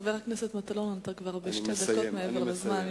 חבר הכנסת מטלון, אתה כבר שתי דקות מעבר לזמן.